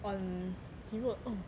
on he wrote oh